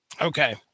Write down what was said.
Okay